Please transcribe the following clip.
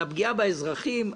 על הפגיעה באזרחים,